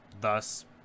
thus